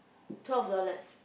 twelve dollars